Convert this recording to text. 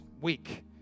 week